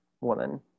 woman